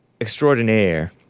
extraordinaire